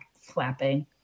flapping